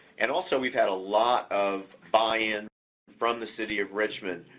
and also we've had a lot of buy-in from the city of richmond,